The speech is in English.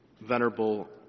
Venerable